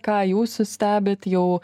ką jūs stebit jau